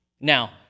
Now